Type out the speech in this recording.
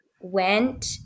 went